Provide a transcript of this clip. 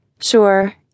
Sure